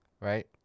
right